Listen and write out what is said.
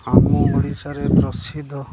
ଆମ ଓଡ଼ିଶାରେ ପ୍ରସିଦ୍ଧ